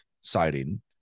siding